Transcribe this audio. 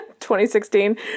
2016